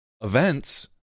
events